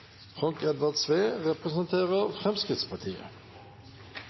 Frank Edvard